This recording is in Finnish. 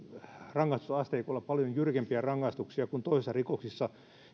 rangaistusasteikolla paljon jyrkempiä rangaistuksia kuin toisissa rikoksissa